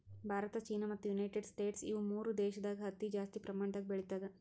Bharat China ಮತ್ತ್ United States ಇವ್ ಮೂರ್ ದೇಶದಾಗ್ ಹತ್ತಿ ಜಾಸ್ತಿ ಪ್ರಮಾಣದಾಗ್ ಬೆಳಿತದ್